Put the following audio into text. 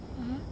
mmhmm